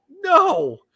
no